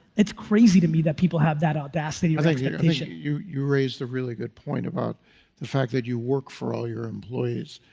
it's crazy to me that people have that audacity you you raised a really good point about the fact that you work for all your employees.